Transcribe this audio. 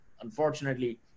unfortunately